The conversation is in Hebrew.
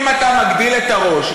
אם אתה מגדיל את הראש,